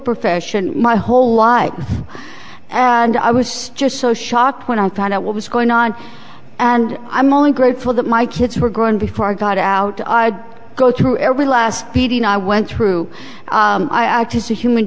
profession my whole life and i was still so shocked when i found out what was going on and i'm only grateful that my kids were grown before i got out i go through every last beating i went through i acted as a human